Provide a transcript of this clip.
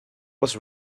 was